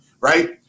right